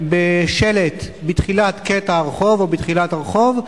בשלט בתחילת קטע הרחוב או בתחילת הרחוב,